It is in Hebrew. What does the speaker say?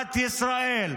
מדינת ישראל,